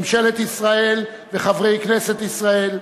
ממשלת ישראל וחברי כנסת ישראל,